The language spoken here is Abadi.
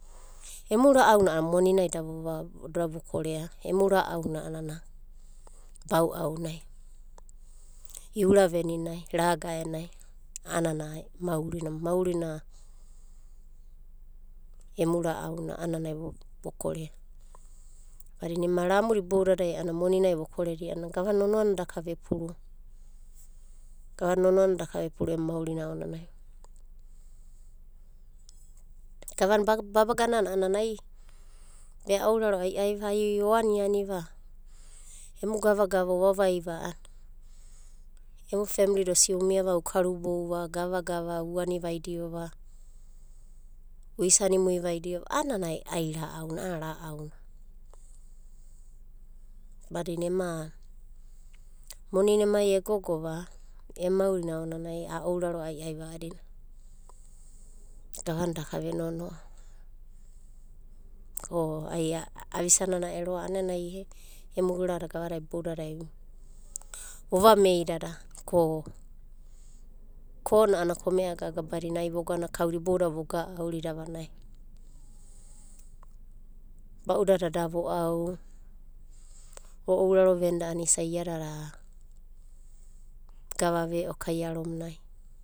Emu ra'aona monina davo kore'a. Emu ra'au anana, bau'au nai uira veninai, regaenai, anana maorina. Maorina, emu ra'aunanai anana vo kore'a. Badina ema ramu da iboudadai ana moni nai vo'kore'dia, gava nonoana dakave puru. Gava nonoana daka ve puru emu maorina aonanai. gava babaga nana anana aibe a ourara ai'ai, ai o aniani va. Emu gava gava ovavaiva ana. Emu femli osidi u miava, u karubouva, gava gava u ani vaidiova uisanimui vaidiova anana ra'au na. Badina ema moni nemai e gogova, emu maori aonanai, a ouraro ai'ai va a'adina. Gava daka ve nonoa, ko ai avisana a'ana emu uradada boudada, vova mai'dada ko ko nana komea gaga badina kauda boudadai vo garau dia vanai. Ba'u dada davo au. Vo ouraro venida va isai i'idada gava veo kaiaromu nai.